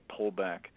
pullback